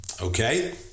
Okay